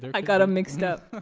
i got em mixed up,